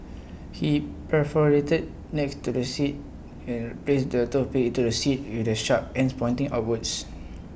he perforated next to the seat placed the toothpicks into the seat with the sharp ends pointing upwards